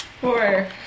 four